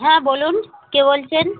হ্যাঁ বলুন কে বলছেন